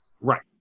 Right